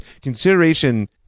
consideration